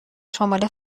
شمال